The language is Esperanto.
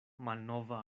malnova